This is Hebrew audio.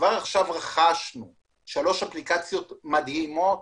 כבר עכשיו רכשנו שלוש אפליקציות מדהימות,